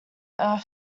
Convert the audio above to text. earth